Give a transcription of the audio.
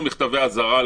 והוצאנו להם מכתבי אזהרה,